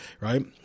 right